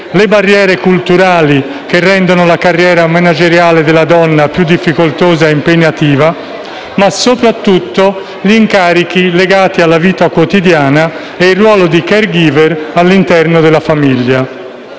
le barriere culturali che rendono la carriera manageriale della donna più difficoltosa e impegnativa, ma soprattutto gli incarichi legati alla vita quotidiana e il ruolo di *care giver* all'interno della famiglia.